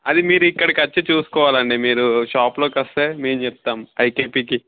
అది మీరు ఇక్కడికి వచ్చి చూసుకోవాలండి మీరు షాప్లో వస్తే మేము చెప్తాం ఐకే పీకి